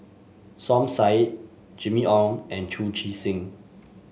Som Said Jimmy Ong and Chu Chee Seng